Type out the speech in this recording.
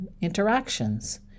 interactions